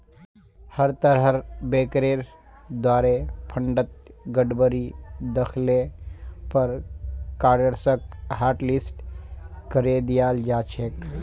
हर तरहर बैंकेर द्वारे फंडत गडबडी दख ल पर कार्डसक हाटलिस्ट करे दियाल जा छेक